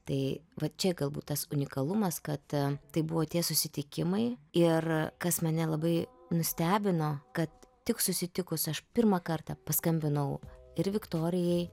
tai vat čia galbūt tas unikalumas kad tai buvo tie susitikimai ir kas mane labai nustebino kad tik susitikus aš pirmą kartą paskambinau ir viktorijai